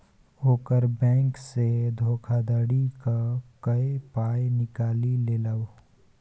ओकर बैंकसँ धोखाधड़ी क कए पाय निकालि लेलकै